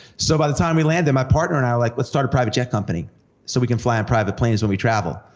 so by the time we landed, my partner and i were like, let's start a private jet company. so we can fly on private planes when we travel.